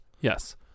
Yes